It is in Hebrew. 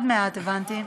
עוד מעט, הבנתי.